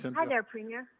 and hi there, premier.